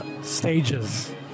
stages